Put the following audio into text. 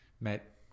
met